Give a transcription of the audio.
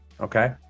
Okay